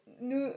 nous